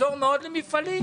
מה שיעזור מאוד למפעלים.